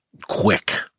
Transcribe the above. quick